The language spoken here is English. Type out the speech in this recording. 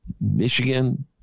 Michigan